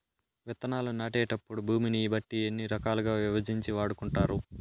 విత్తనాలు నాటేటప్పుడు భూమిని బట్టి ఎన్ని రకాలుగా విభజించి వాడుకుంటారు?